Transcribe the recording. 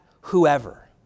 whoever